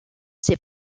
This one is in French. ses